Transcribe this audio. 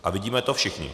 A vidíme to všichni.